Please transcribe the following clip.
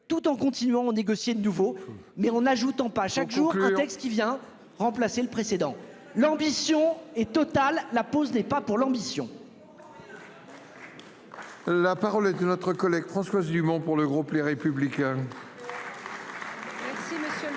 tout en continuant négocier de nouveaux mais en ajoutant pas chaque jour le texte qui vient remplacer le précédent. L'ambition est totale. La Poste n'est pas pour l'ambition.